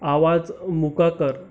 आवाज मुका कर